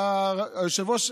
המעצרים.